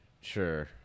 sure